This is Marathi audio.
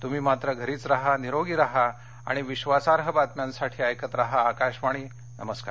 तुम्ही मात्र घरीच राहा निरोगी राहा आणि विश्वासार्ह बातम्यांसाठी ऐकत राहा आकाशवाणी नमस्कार